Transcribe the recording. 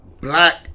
Black